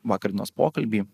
vakar dienos pokalbį